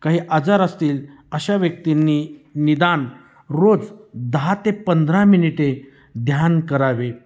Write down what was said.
काही आजार असतील अशा व्यक्तींनी निदान रोज दहा ते पंधरा मिनिटे ध्यान करावे